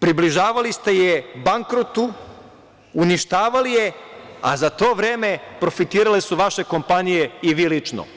približavali ste je bankrotu, uništavali je, a za to vreme profitirale su vaše kompanije i vi lično.